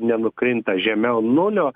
nenukrinta žemiau nulio